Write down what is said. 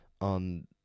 on